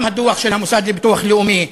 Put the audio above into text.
גם הדוח של המוסד לביטוח לאומי,